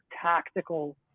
tactical